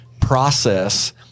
process